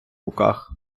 руках